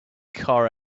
car